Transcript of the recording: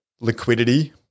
liquidity